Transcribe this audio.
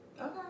okay